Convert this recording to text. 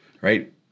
right